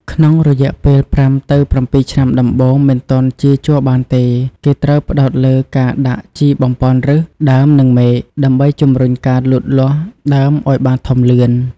ក្នុងរយៈពេល ៥ ទៅ ៧ ឆ្នាំដំបូងមិនទាន់ចៀរជ័របានទេ គេត្រូវផ្តោតលើការដាក់ជីបំប៉នឫស ដើម និងមែក ដើម្បីជំរុញការលូតលាស់ដើមឱ្យបានធំលឿន។